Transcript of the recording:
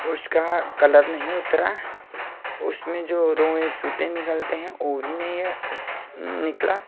उसका कलर नहीं उतरा उसमें जो रोएँ सूते निकलते हैं वो भी नहीं हैं निकला